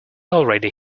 already